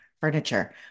furniture